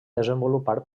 desenvolupar